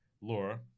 Laura